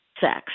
sex